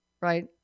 right